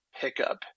pickup